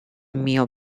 mio